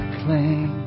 claim